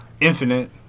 Infinite